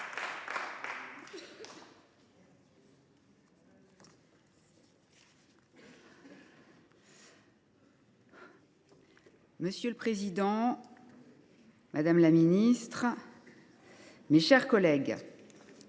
Monsieur le président, madame la ministre, mes chers collègues,